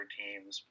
teams